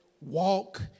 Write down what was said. walk